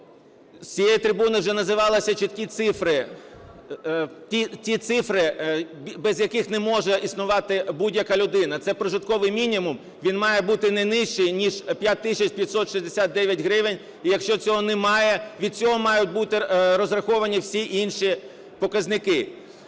З цієї трибуни вже називалися чіткі цифри, ті цифри, без яких не може існувати будь-яка людина, це прожитковий мінімум, він має бути не нижчий, ніж 5 тисяч 569 гривень. І якщо цього немає, від цього мають бути розраховані всі інші показники.